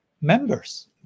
members